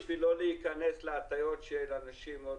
כדי לא להיכנס להטעיות של אנשים מאוד